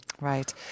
Right